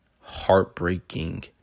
heartbreaking